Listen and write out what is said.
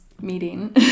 meeting